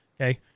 Okay